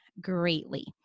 greatly